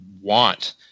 want